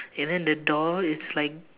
and then the door is like